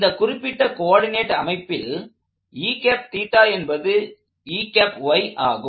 இந்த குறிப்பிட்ட கோஆர்டினேட் அமைப்பில் என்பது ஆகும்